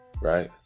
right